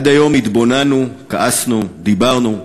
עד היום התבוננו, כעסנו, דיברנו,